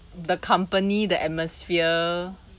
the company the atmosphere